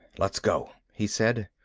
let's go, he said.